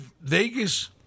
Vegas